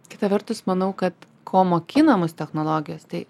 kita vertus manau kad ko mokina mus technologijos tai